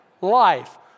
Life